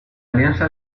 alianza